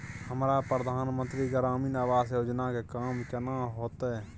हमरा प्रधानमंत्री ग्रामीण आवास योजना के काम केना होतय?